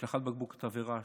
השלכת בקבוק תבערה,